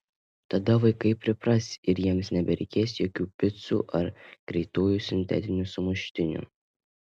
tada vaikai pripras ir jiems nebereikės jokių picų ar greitųjų sintetinių sumuštinių